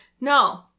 No